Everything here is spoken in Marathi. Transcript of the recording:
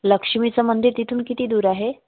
लक्ष्मीचं मंदिर तिथून किती दूर आहे